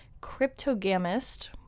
Cryptogamist